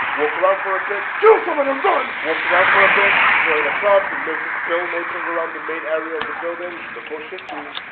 walk around for a bit. kill someone and run. walk around for a bit. join a club. notice bill loitering around the main area of the building. look all shifty,